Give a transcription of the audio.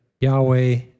Yahweh